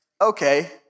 okay